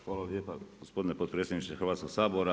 Hvala lijepa gospodin potpredsjedniče Hrvatskog sabora.